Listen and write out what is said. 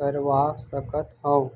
करवा सकत हव?